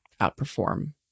outperform